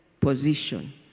position